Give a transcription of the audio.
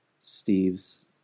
Steve's